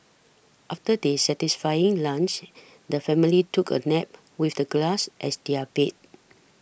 after their satisfying lunch the family took a nap with the grass as their bed